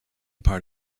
part